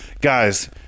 guys